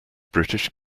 british